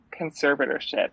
conservatorship